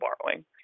borrowing